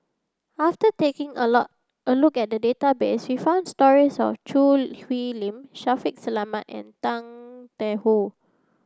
after taking a a look at the database we found stories of Choo Hwee Lim Shaffiq Selamat and Tang Da Wu